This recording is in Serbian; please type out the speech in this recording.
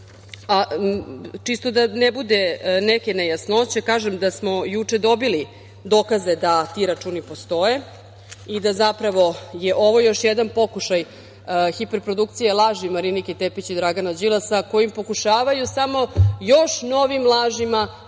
čisto da ne bude neke nejasnoće, kažem da smo juče dobili dokaze da ti računi postoje i da je zapravo ovo još jedan pokušaj hiperprodukcije laži Marinike Tepić i Dragana Đilasa, kojim pokušavaju samo još novim lažima